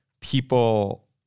people